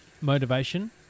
motivation